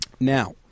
Now